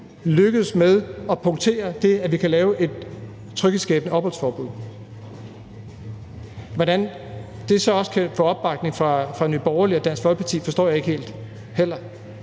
lykkes med at punktere det, at vi kan lave et tryghedsskabende opholdsforbud. Hvordan det så også kan få opbakning fra Nye Borgerlige og Dansk Folkeparti, forstår jeg heller